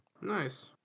Nice